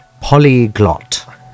polyglot